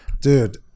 Dude